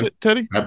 Teddy